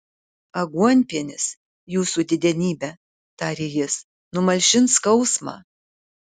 aguonpienis jūsų didenybe tarė jis numalšins skausmą